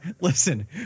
Listen